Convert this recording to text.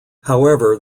however